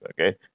Okay